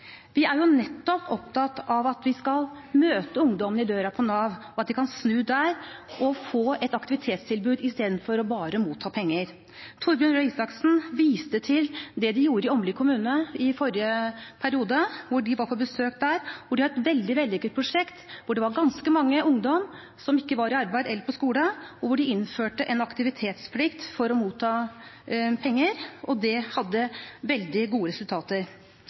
Vi er jo nettopp opptatt av at vi skal møte ungdommen i døra på Nav, og at de kan snu der og få et aktivitetstilbud i stedet for bare å motta penger. Torbjørn Røe Isaksen viste til det de gjorde i Åmli kommune i forrige periode, da man var på besøk der, og hvor de hadde et veldig vellykket prosjekt. Der var det ganske mange ungdommer som ikke var i arbeid eller på skole, og man innførte en aktivitetsplikt for at de fikk motta penger. Det hadde veldig gode resultater.